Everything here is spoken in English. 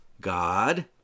God